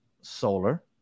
Solar